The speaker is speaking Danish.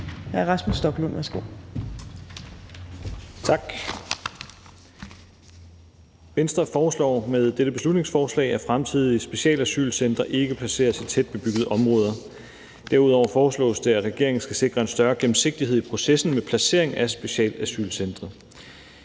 Hr. Rasmus Stoklund, værsgo.